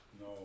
No